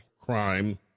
crime